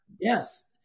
Yes